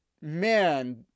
man